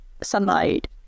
sunlight